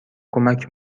کمک